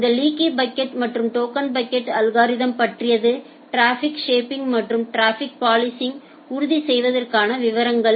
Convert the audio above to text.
எனவே இது leaky bucket மற்றும் டோக்கன் பக்கெட்அல்கோரிதம் பற்றியது டிராபிக் ஷேப்பிங் மற்றும் டிராஃபிக் பாலிசிங் உறுதி செய்வதற்கான விவரங்கள்